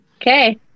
Okay